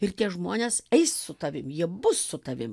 ir tie žmonės eis su tavim jie bus su tavim